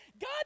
God